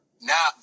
Now